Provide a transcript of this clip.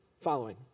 following